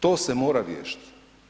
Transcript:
To se mora riješiti.